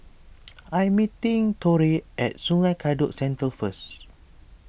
I am meeting Torey at Sungei Kadut Central first